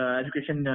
education